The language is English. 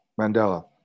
Mandela